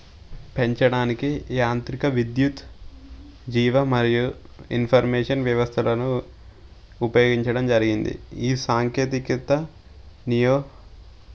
పెంచడానికి యాంత్రిక విద్యుత్ జీవ మరియు ఇన్ఫర్మేషన్ వ్యవస్థలను ఉపయోగించడం జరిగింది ఈ సాంకేతికత నియో